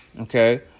okay